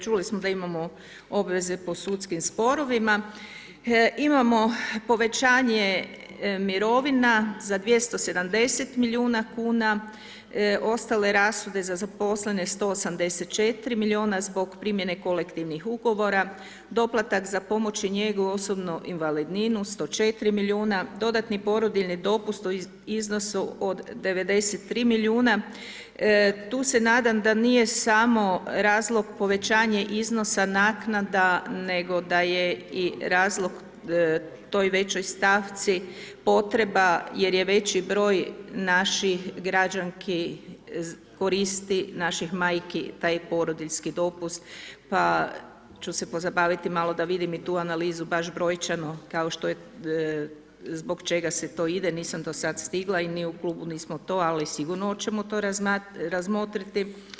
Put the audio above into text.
Čuli smo da imamo obveze po sudskim sporovima, imamo povećanje mirovina za 27 milijuna kuna, ostale rashode za zaposlene 184 miliona zbog primjene kolektivnih ugovora, doplatak za pomoć i njegu osobnu invalidninu 104 miliona, dodatni porodiljni dopust u iznosu od 93 miliona, tu se nadam da nije samo razlog povećanje iznosa naknada nego da je i razlog toj većoj stavci potreba jer je veći broj naših građanki koristi naših majki taj porodiljski dopust, pa ću se pozabaviti malo da vidim i tu analizu baš brojčano kao što je, zbog čega se to ide, nisam to sad stigla i mi u klubu nismo to ali sigurno oćemo to razmotriti.